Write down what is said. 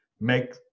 make